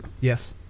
Yes